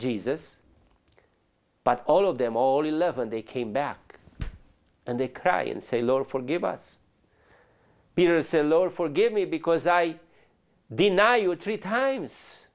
jesus but all of them all eleven they came back and they cry and say lord forgive us here's a lower forgive me because i deny you three times